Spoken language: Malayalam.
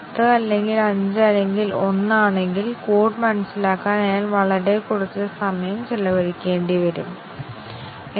കൺട്രോൾ നു ഒരു നോഡിൽ നിന്ന് മറ്റൊരു നോഡിലേക്ക് മാറ്റാൻ കഴിയുമോ എന്നതിനെ ആശ്രയിച്ച് ഞങ്ങൾ എഡ്ജ്കൾ വരയ്ക്കുന്നു